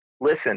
listen